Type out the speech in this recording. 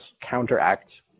counteract